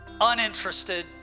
uninterested